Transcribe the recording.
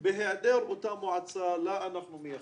בהיעדר אותה מועצה לה אנחנו מייחלים,